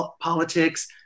politics